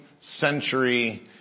century